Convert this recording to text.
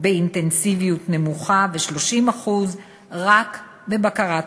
באינטנסיביות נמוכה ו-30% רק בבקרה תקופתית,